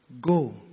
Go